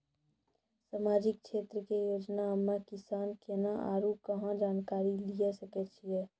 समाजिक क्षेत्र के योजना हम्मे किसान केना आरू कहाँ जानकारी लिये सकय छियै?